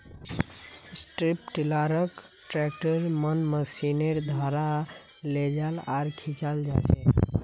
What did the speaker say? strip टीलारक ट्रैक्टरेर मन मशीनेर द्वारा लेजाल आर खींचाल जाछेक